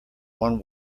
one